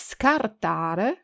scartare